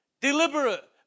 deliberate